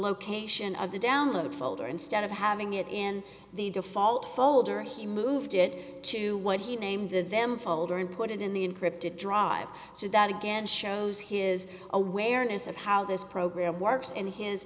location of the download folder instead of having it in the default folder he moved it to what he named the them folder and put it in the encrypted drive so that again shows his awareness of how this program works and his